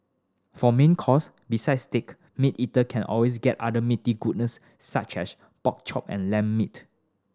for main course besides steak meat eater can always get other meaty goodness such as pork chop and lamb meat